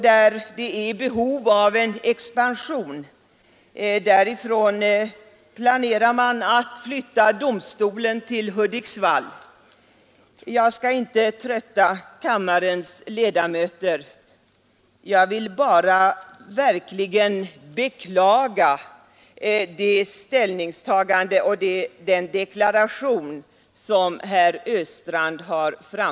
Där behövs en expansion, men därifrån planerar man nu att flytta domstolen till Hudiksvall. Jag skall inte trötta kammarens ledamöter med fler exempel — jag vill bara verkligen beklaga den deklaration som herr Östrand avgav.